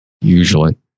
usually